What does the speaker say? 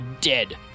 dead